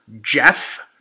Jeff